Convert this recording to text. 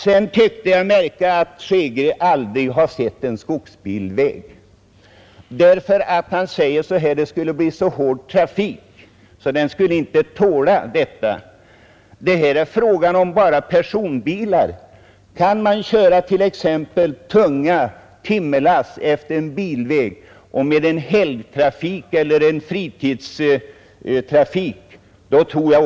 Sedan tyckte jag mig märka att herr Hansson i Skegrie aldrig har sett en skogsbilväg, eftersom han säger att om allmänheten får använda dessa vägar blir trafiken så stark att vägarna icke skulle tåla det. Här är bara fråga om personbilar. Kan man t.ex. köra tunga timmerlass på en skogsbilväg, tror jag att den också tål helgtrafik och fritidstrafik med personbilar.